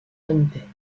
sanitaires